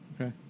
Okay